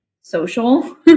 social